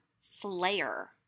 Slayer